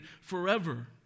forever